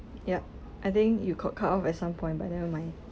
yup I think you got cut off at some point but never mind